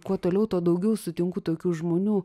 kuo toliau tuo daugiau sutinku tokių žmonių